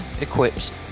equips